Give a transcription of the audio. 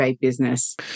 business